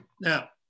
Now